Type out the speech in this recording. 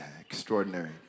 extraordinary